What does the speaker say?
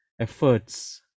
efforts